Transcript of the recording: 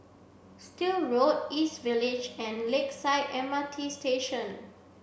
Still Road East Village and Lakeside M R T Station